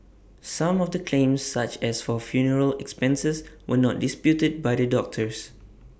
some of the claims such as for funeral expenses were not disputed by the doctors